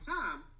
time